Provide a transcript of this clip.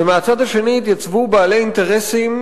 ומהצד השני התייצבו בעלי אינטרסים,